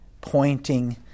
pointing